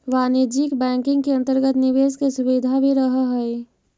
वाणिज्यिक बैंकिंग के अंतर्गत निवेश के सुविधा भी रहऽ हइ